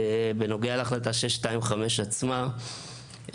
בנוגע להחלטה 625 עצמה,